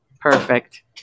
perfect